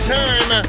time